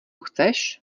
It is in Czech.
chceš